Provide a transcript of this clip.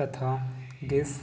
तथा गैस